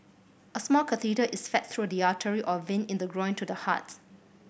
a small catheter is fed through the artery or vein in the groin to the hearts